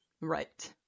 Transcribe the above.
Right